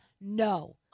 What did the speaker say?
no